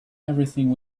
everything